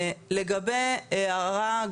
לגבי הערה,